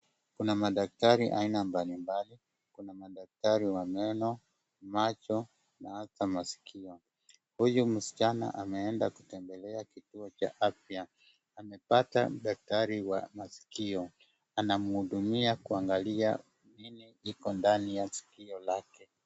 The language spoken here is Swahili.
Kuna madaktari aina mbalimbali, kuna madaktari wa meno, macho na ata masikio. Huyu msichana ameenda kutembelea kituo cha afya, amepata daktari wa masikio, anamhudumia kuangalia nini kiko ndani ya sikio lake.